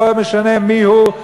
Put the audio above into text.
לא משנה מי הוא,